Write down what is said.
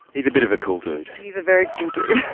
he's a bit of a cool dude. he's a very cool dude,